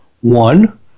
one